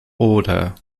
order